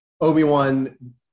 Obi-Wan